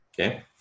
Okay